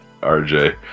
RJ